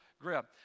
grip